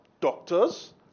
doctors